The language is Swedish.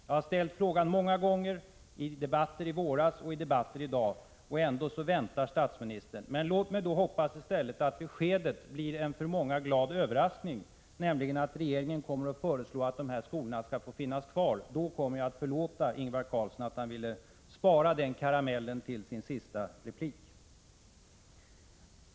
Jag har ställt frågan många gånger i debatter i våras, och jag har ställt den här i dag, och ändå väntar statsministern med beskedet. Men låt mig då hoppas att beskedet blir en för många glad överraskning, nämligen att regeringen kommer att föreslå att de ifrågavarande skolorna skall få finnas kvar. Då kommer jag att förlåta Ingvar Carlsson för att han ville spara den karamellen till sin sista replik.